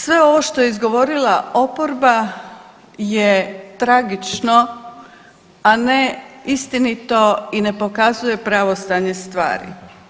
Sve ovo što je izgovorila oporba je tragično, a ne istinito i ne pokazuje pravo stanje stvari.